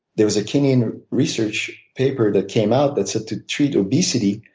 there was a kenyan research paper that came out that said to treat obesity,